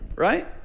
right